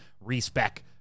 respec